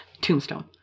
Tombstone